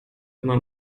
immer